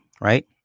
right